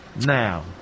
Now